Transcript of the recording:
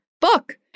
book